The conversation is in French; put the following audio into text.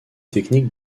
techniques